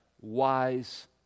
wise